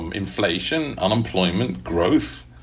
inflation, unemployment, growth.